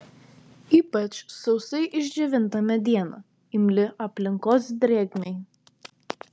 ypač sausai išdžiovinta mediena imli aplinkos drėgmei